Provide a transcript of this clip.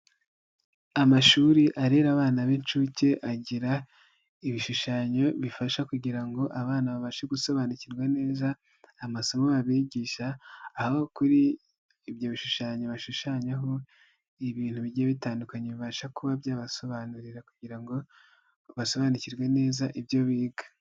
Amashuri arera abana b'inshuke agira ibishushanyo bifasha kugira ngo abana babashe gusobanukirwa neza amasomo babigisha, aho kuri ibyo bishushanyo bashushanyaho ibintu bigiye bitandukanye bibasha kuba byabasobanurira kugira ngo basobanukirwe neza ibyo biga.